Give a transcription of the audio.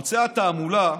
בערוצי התעמולה,